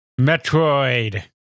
Metroid